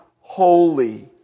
holy